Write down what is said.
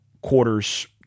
quarters